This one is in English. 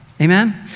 Amen